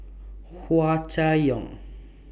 Hua Chai Yong